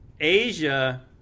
Asia